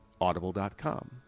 Audible.com